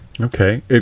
Okay